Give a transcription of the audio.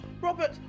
Robert